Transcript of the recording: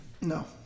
No